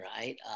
right